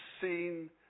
seen